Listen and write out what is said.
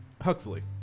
Huxley